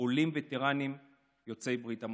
עולים וטרנים יוצאי ברית המועצות.